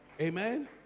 Amen